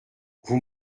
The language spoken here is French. vous